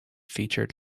featured